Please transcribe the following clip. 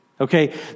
Okay